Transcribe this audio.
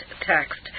text